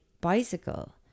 bicycle